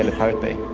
ah pirate bay